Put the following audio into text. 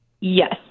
Yes